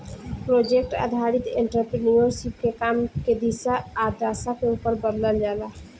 project आधारित entrepreneurship के काम के दिशा आ दशा के उपर बदलल जाला